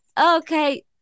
Okay